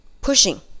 pushing